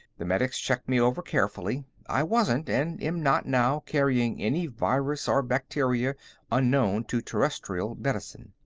the medics checked me over carefully. i wasn't and am not now carrying any virus or bacteria unknown to terrestrial medicine.